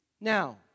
Now